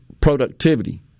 productivity